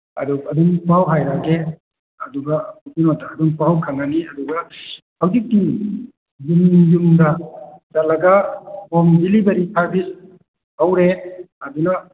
ꯑꯗꯣ ꯑꯗꯨꯝ ꯄꯥꯎ ꯍꯥꯏꯔꯛꯑꯒꯦ ꯑꯗꯨꯒ ꯀꯩꯅꯣꯗ ꯑꯗꯨꯝ ꯄꯥꯎ ꯈꯪꯒꯅꯤ ꯑꯗꯨꯒ ꯍꯧꯖꯤꯛꯇꯤ ꯌꯨꯝ ꯌꯨꯝꯗ ꯆꯠꯂꯒ ꯍꯣꯝ ꯗꯦꯂꯤꯚꯔꯤ ꯁꯔꯚꯤꯁ ꯇꯧꯔꯦ ꯑꯗꯨꯅ